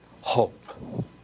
hope